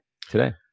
today